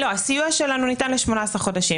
הסיוע שלנו ניתן ל-18 חודשים.